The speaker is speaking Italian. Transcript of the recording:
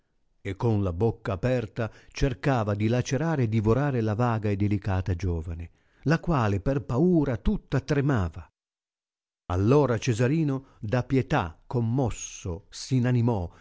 e con la bocca aperta cercava di lacerare e divorare la vaga e delicata giovane la quale per paura tutta tremava allora cesarino da pietà commosso s inanimò